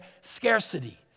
scarcity